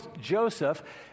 Joseph